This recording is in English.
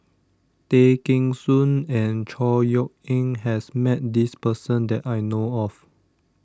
Tay Kheng Soon and Chor Yeok Eng has met this person that I know of